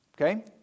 Okay